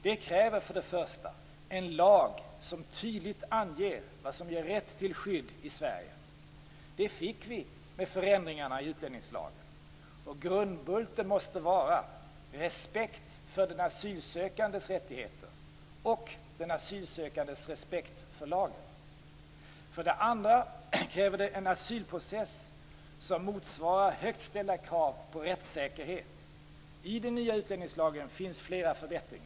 Det kräver för det första en lag som tydligt anger vad som ger rätt till skydd i Sverige. Det fick vi med förändringarna i utlänningslagen. Grundbulten måste vara respekt för den asylsökandes rättigheter och den asylsökandes respekt för lagen. För det andra kräver det en asylprocess som motsvarar högt ställda krav på rättssäkerhet. I den nya utlänningslagen finns flera förbättringar.